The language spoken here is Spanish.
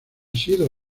sido